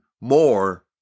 more